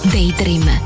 Daydream